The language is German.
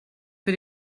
für